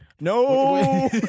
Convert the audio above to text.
No